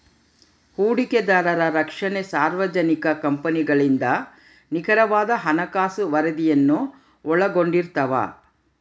ಹೂಡಿಕೆದಾರರ ರಕ್ಷಣೆ ಸಾರ್ವಜನಿಕ ಕಂಪನಿಗಳಿಂದ ನಿಖರವಾದ ಹಣಕಾಸು ವರದಿಯನ್ನು ಒಳಗೊಂಡಿರ್ತವ